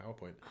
PowerPoint